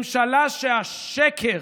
ממשלה שהשקר